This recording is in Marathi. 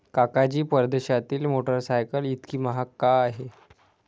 काका जी, परदेशातील मोटरसायकल इतकी महाग का आहे?